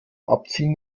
abziehen